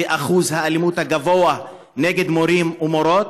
האלימות ואת אחוז האלימות הגבוה נגד מורים ומורות.